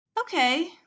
Okay